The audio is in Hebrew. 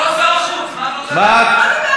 מה את רוצה ממנו?